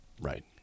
Right